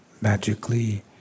magically